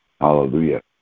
Hallelujah